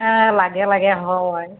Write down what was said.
লাগে লাগে হয়